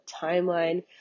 timeline